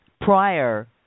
prior